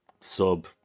sub